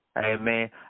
Amen